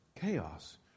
Chaos